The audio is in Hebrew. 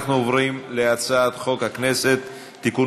אנחנו עוברים להצעת חוק הכנסת (תיקון